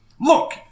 Look